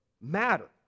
matter